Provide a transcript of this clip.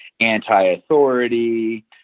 anti-authority